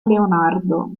leonardo